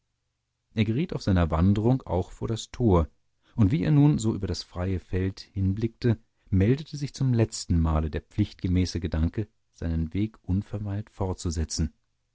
er geriet auf seiner wanderung auch vor das tor und wie er nun so über das freie feld hinblickte meldete sich zum letzten male der pflichtgemäße gedanke seinen weg unverweilt fortzusetzen